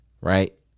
Right